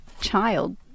child